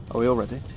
we all ready?